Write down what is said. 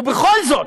ובכל זאת,